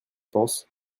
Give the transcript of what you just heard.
penses